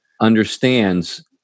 understands